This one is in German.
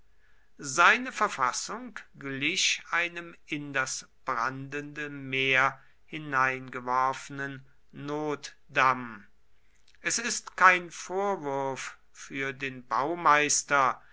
seine verfassung glich einem in das brandende meer hineingeworfenen notdamm es ist kein vorwurf für den baumeister